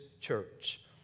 church